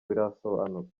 birasobanuka